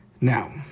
Now